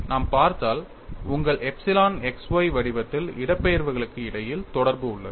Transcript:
நாம் பார்த்ததால் உங்கள் எப்சிலன் x y வடிவத்தில் இடப்பெயர்வுகளுக்கு இடையில் தொடர்பு உள்ளது